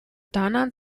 dana